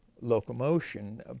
locomotion